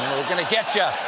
gonna get cha!